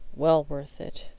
well worth it,